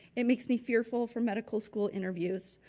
it makes me fearful for medical school interviews,